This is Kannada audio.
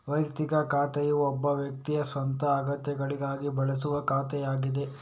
ವೈಯಕ್ತಿಕ ಖಾತೆಯು ಒಬ್ಬ ವ್ಯಕ್ತಿಯ ಸ್ವಂತ ಅಗತ್ಯಗಳಿಗಾಗಿ ಬಳಸುವ ಖಾತೆಯಾಗಿದೆ